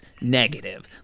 negative